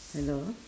hello